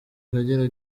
akagera